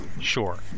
Sure